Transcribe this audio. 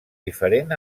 diferent